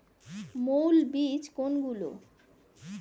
মৌল বীজ কোনগুলি?